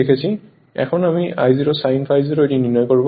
এখন আমি I0 Sin ∅ 0 এটি নির্ণয় করবো